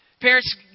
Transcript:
Parents